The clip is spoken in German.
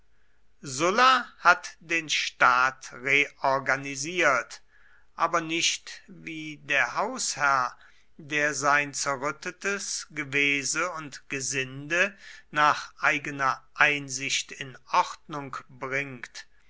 sulla hat den staat reorganisiert aber nicht wie der hausherr der sein zerrüttetes gewese und gesinde nach eigener einsicht in ordnung bringt